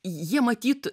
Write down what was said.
jie matyt